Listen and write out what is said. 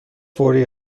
فوری